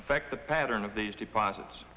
affect the pattern of these deposits